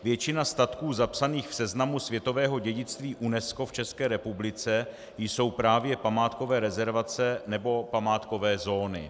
Většina statků zapsaných v seznamu světového dědictví UNESCO v České republice jsou právě památkové rezervace nebo památkové zóny.